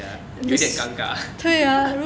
ya 有一点尴尬